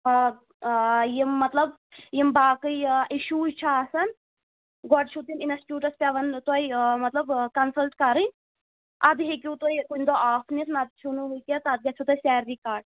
آ یِم مطلب یِم باقٕے اِشوٗز چھِ آسان گۄڈٕ چھُو تِم اِنَسٹیوٗٹَس پٮ۪وَان تۄہہِ مطلب کَنسَلٹ کَرٕنۍ اَدٕ ہیٚکِو تُہۍ کُنہِ دۄہ آف نِتھ نَتہٕ چھُنہٕ وٕنۍ کیٚنٛہہ تَتھ گژھیو تۄہہِ سیلرِی کَٹ